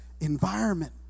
environment